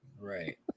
Right